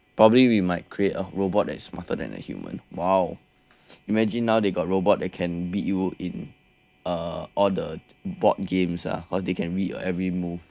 probably we might create a robot that is smarter than the human !wow! imagine now they got robot that can beat you in uh all the board games ah cause they can read your every move !wow!